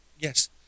Yes